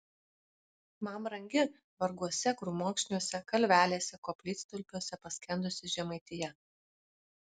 man brangi varguose krūmokšniuose kalvelėse koplytstulpiuose paskendusi žemaitija